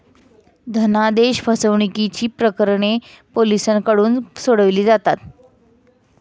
धनादेश फसवणुकीची प्रकरणे पोलिसांकडून सोडवली जातात